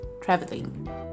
traveling